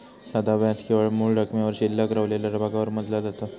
साधा व्याज केवळ मूळ रकमेवर शिल्लक रवलेल्या भागावर मोजला जाता